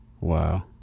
Wow